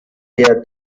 der